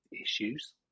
issues